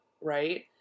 right